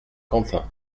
quentin